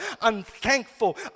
unthankful